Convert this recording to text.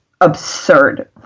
absurd